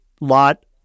lot